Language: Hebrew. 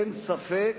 אין ספק